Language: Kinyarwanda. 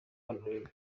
honorine